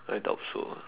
I doubt so ah